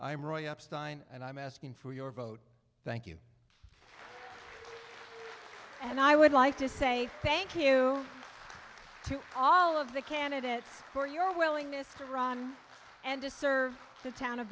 am roy up stein and i'm asking for your vote thank you and i would like to say thank you to all of the candidates for your willingness to run and to serve the town of